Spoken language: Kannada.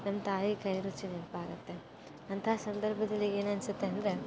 ನಮ್ಮ ತಾಯಿ ಕೈ ರುಚಿ ನೆನಪಾಗತ್ತೆ ಅಂಥ ಸಂದರ್ಭದಲ್ಲಿ ಏನನಿಸುತ್ತೆ ಅಂದರೆ